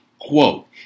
Quote